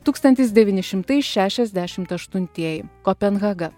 tūkstantis devyni šimtai šešiasdešimt aštuntieji kopenhaga